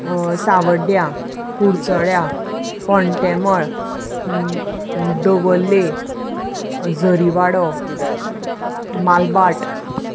सावड्ड्या कुरचड्या पोंटेमळ दवल्ले झरीवाडो मालबाट